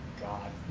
God